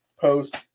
post-